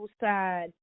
side